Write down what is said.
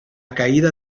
caída